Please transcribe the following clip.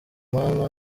mana